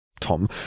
Tom